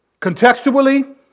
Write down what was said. Contextually